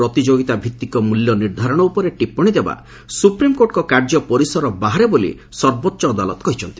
ପ୍ରତିଯୋଗିତାଭିତ୍ତିକ ମୂଲ୍ୟ ନିର୍ଦ୍ଧାରଣ ଉପରେ ଟିପ୍ସଣୀ ଦେବା ସୁପ୍ରିମକୋର୍ଟର କାର୍ଯ୍ୟ ପରିସର ବାହାରେ ବୋଲି ସୁପ୍ରିମକୋର୍ଟ କହିଛନ୍ତି